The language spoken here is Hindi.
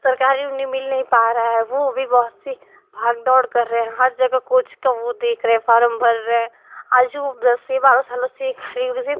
सरकारी उन्हें मिल नही पा रहा है वो भी बहुत सी भागदौड़ कर रहे हैं हर जगह कोच का वो देख रहे फारम भर रहे हैं आज वो सेवा और सालों से